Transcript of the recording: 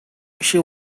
she